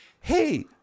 hey